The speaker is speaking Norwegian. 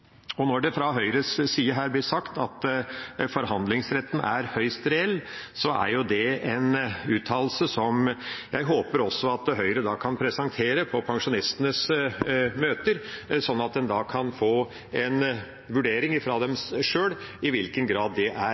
Når det fra Høyres side her blir sagt at forhandlingsretten er høyst reell, er det en uttalelse jeg håper Høyre også kan presentere på pensjonistenes møter, sånn at en kan få en vurdering fra dem sjøl av i hvilken grad det er